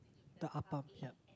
the appam ya